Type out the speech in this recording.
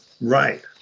right